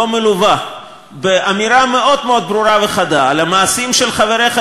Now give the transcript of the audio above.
לא מלווה באמירה מאוד מאוד ברורה וחדה על המעשים של חבריך,